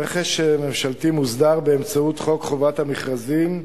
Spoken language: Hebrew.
רכש ממשלתי מוסדר באמצעות חוק חובת המכרזים,